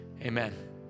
amen